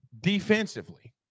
defensively